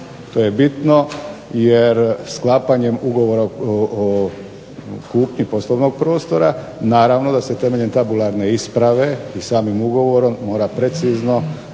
To je bitno jer sklapanjem ugovora o kupnji poslovnog prostora naravno da se temeljem tabularne isprave i samim ugovorom mora precizno